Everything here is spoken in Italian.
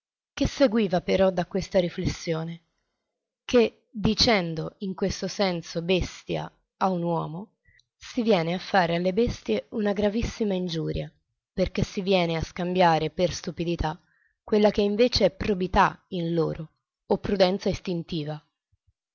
che seguiva però da questa riflessione che dicendo in questo senso bestia a un uomo si viene a fare alle bestie una gravissima ingiuria perché si viene a scambiare per stupidità quella che invece è probità in loro o prudenza istintiva